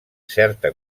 certa